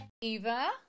Eva